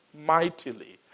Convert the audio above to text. mightily